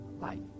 light